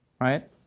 right